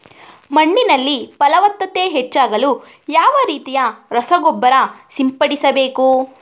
ಮಣ್ಣಿನಲ್ಲಿ ಫಲವತ್ತತೆ ಹೆಚ್ಚಾಗಲು ಯಾವ ರೀತಿಯ ರಸಗೊಬ್ಬರ ಸಿಂಪಡಿಸಬೇಕು?